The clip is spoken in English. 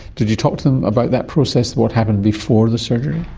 did you talk to them about that process, what happened before the surgery?